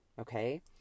okay